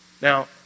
Now